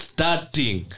Starting